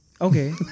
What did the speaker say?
Okay